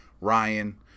Ryan